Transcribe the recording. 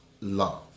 love